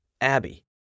Abby